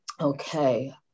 Okay